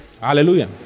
Hallelujah